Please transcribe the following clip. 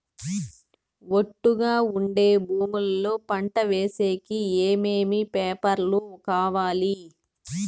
ఒట్టుగా ఉండే భూమి లో పంట వేసేకి ఏమేమి పేపర్లు కావాలి?